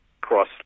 cross